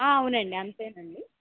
అవునండీ అంతేనండి